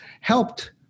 helped